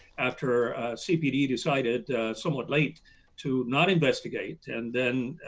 after cpd decided somewhat late to not investigate. and then